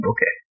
Okay